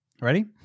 Ready